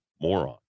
moron